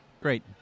Great